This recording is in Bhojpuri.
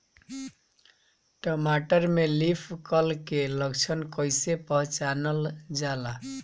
टमाटर में लीफ कल के लक्षण कइसे पहचानल जाला?